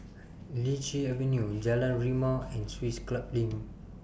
Lichi Avenue Jalan Rimau and Swiss Club LINK